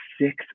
six